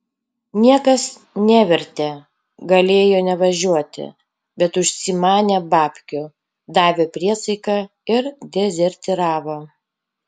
niekas nevertė galėjo nevažiuoti bet užsimanė babkių davė priesaiką ir dezertyravo